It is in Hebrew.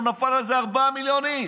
הוא נפל על איזה 4 מיליון איש.